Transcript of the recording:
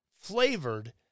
flavored